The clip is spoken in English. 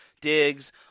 digs